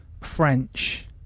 French